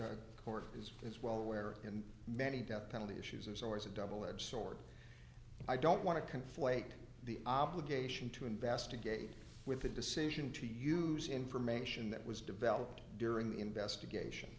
the court is as well aware in many death penalty issues there's always a double edged sword i don't want to conflate the obligation to investigate with the decision to use information that was developed during the investigation